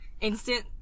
instant